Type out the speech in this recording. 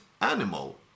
animal